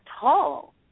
tall